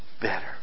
better